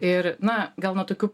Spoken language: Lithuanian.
ir na gal nuo tokių